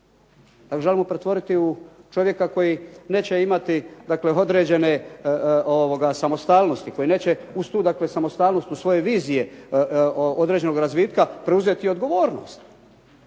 da ga želimo pretvoriti u čovjeka koji neće imati određene samostalnosti, koji neće uz tu samostalnost u svoje vizije određenog razvitka preuzeti odgovornost.